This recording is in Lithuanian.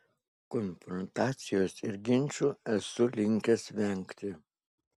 konfrontacijos ir ginčų esu linkęs vengti